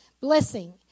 blessing